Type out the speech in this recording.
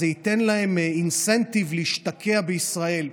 אז זה ייתן להם אינסנטיב להשתקע בישראל.